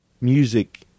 music